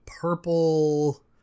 purple